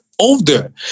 older